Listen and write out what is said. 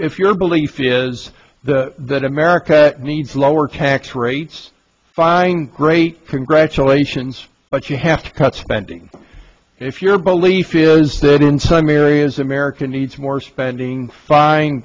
if your belief is that america needs lower tax rates fine great congratulations but you have to cut spending if your belief is that in some areas america needs more spending fin